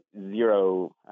zero